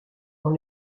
dans